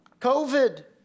COVID